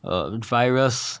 a virus